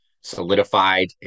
solidified